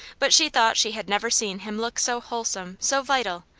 but she thought she had never seen him look so wholesome, so vital,